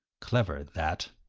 clever, that.